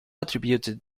attributed